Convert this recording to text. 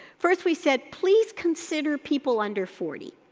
first we said please consider people under forty.